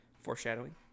foreshadowing